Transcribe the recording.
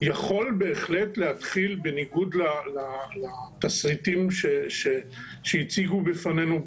יכול בהחלט להתחיל בניגוד לתסריטים שהציגו בפנינו,